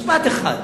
משפט אחד.